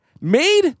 Made